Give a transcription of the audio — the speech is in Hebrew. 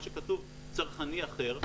מה שכתוב "צרכני אחר".